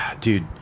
dude